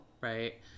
right